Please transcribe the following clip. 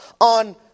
on